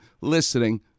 listening